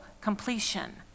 completion